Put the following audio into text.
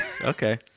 Okay